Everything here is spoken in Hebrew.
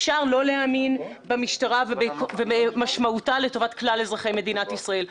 אפשר לא להאמין במשטרה ובמשמעותה לטובת כלל אזרחי מדינת ישראל,